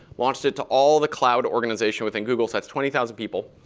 launched it to all the cloud organization within google, so that's twenty thousand people.